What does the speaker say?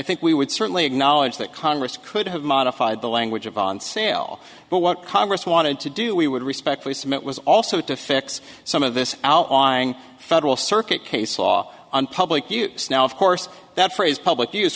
think we would certainly acknowledge that congress could have modified the language of on sale but what congress wanted to do we would respectfully submit was also to fix some of this federal circuit case law on public use now of course that phrase public use